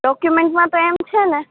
ડોક્યુમેન્ટમાં તો એમ છે ને